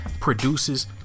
produces